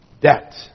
debt